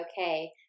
okay